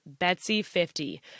BETSY50